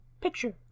picture